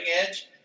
edge